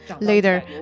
Later